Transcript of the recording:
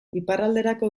iparralderako